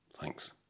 Thanks